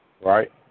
Right